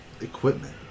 equipment